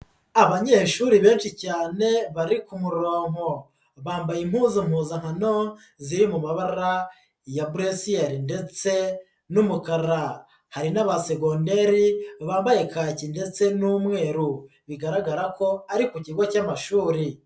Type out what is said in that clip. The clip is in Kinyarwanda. Abanyeshuri benshi cyane bari murongo, bambaye impuzu mpuzazankano ziri mu mabara ya burusiyeri ndetse n'umukara, hari n'abasegondari bambaye kaki ndetse n'umweru bigaragara ko ari ku kigo cy'amashuri.